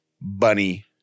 bunny